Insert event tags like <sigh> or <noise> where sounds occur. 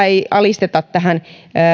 <unintelligible> ei alisteta tähän